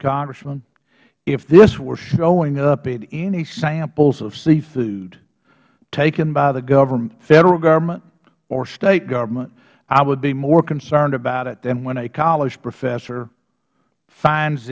congressman if this were showing up in any samples of seafood taken by the government federal government or state government i would be more concerned about it than when a college professor